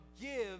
give